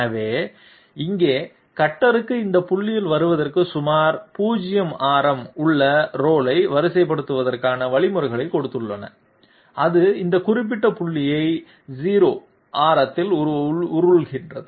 எனவே இங்கே கட்டருக்கு இந்த புள்ளிக்கு வருவதற்கு சுமார் 0 ஆரம் உள்ள ரோலை வரிசைப்படுத்துவதற்கான வழிமுறைகள் கொடுக்கப்பட்டுள்ளன அது இந்த குறிப்பிட்ட புள்ளியை 0 ஆரத்தில் உருள்கின்றது